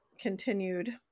continued